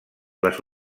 les